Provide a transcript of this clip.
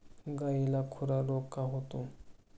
गायीला खुराचा रोग का होतो?